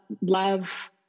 love